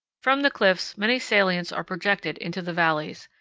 from the cliffs many salients are projected into the valleys,